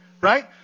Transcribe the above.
Right